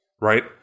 Right